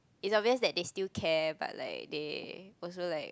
it's obvious that they still care but like they also like